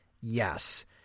yes